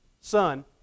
son